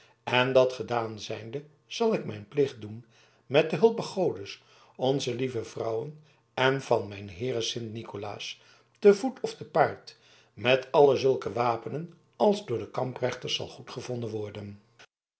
en dat gedaan zijnde zal ik mijn plicht doen met de hulpe godes onzer lieve vrouwe en van mijn heere sint nikolaas te voet of te paard met al zulke wapenen als door de kamprechters zal goedgevonden worden